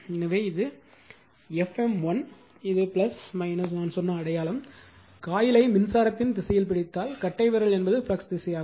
எனவே இது F m1 இது நான் சொன்ன அடையாளம் காயிலை மின்சாரத்தின் திசையில் பிடித்தால் கட்டைவிரல் என்பது ஃப்ளக்ஸ் திசையாகும்